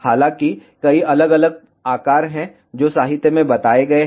हालाँकि कई अलग अलग आकार हैं जो साहित्य में बताए गए हैं